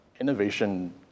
innovation